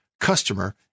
customer